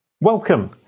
Welcome